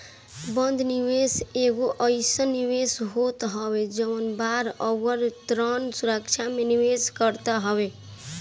बंध निवेश एगो अइसन निवेश होत हवे जवन बांड अउरी ऋण सुरक्षा में निवेश करत हवे